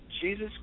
Jesus